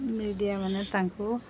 ମିଡ଼ିଆମାନେ ତାଙ୍କୁ